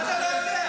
מה אתה לא יודע?